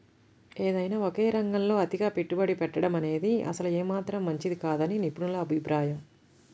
ఏదైనా ఒకే రంగంలో అతిగా పెట్టుబడి పెట్టడమనేది అసలు ఏమాత్రం మంచిది కాదని నిపుణుల అభిప్రాయం